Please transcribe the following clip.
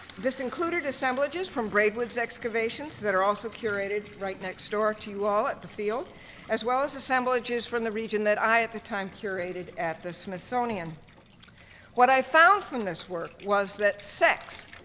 this included assemblages from brave woods excavations that are also curated right next door to you all at the field as well as assemblages from the region that i at the time curated at the smithsonian what i found from this work was that sex